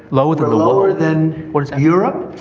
lower than lower than europe.